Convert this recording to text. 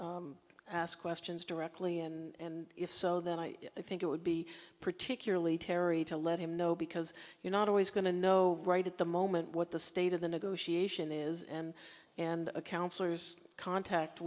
to ask questions directly and if so then i think it would be particularly terry to let him know because you're not always going to know right at the moment what the state of the negotiation is and and counselors contact